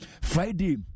Friday